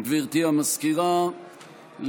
גברתי המזכירה,